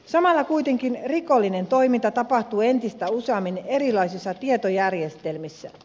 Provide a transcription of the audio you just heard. samalla kuitenkin rikollinen toiminta tapahtuu entistä useammin erilaisissa tietojärjestelmissä